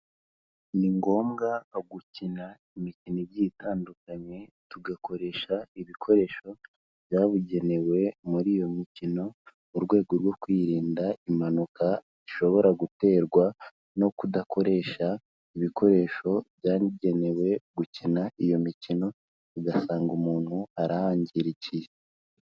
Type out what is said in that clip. Ni ngombwa gukina imikino igiye itandukanye, tugakoresha ibikoresho byabugenewe muri iyo mikino, mu rwego rwo kwirinda impanuka ishobora guterwa no kudakoresha ibikoresho byabugenewe gukina iyo mikino, ugasanga umuntu arahangirikiye.